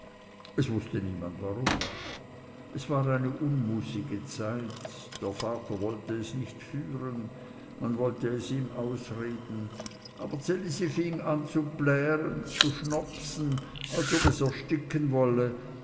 es wußte niemand warum es war eine unmußige zeit der vater wollte es nicht führen man wollte es ihm ausreden aber ds elisi fing an zu plären zu schnopsen als ob es ersticken wolle